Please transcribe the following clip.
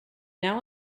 now